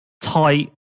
tight